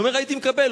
הוא אומר: הייתי מקבל.